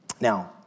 Now